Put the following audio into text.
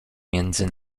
między